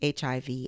HIV